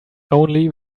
only